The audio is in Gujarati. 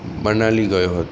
મનાલી ગયો હતો